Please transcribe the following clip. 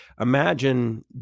Imagine